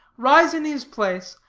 rise in his place,